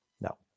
No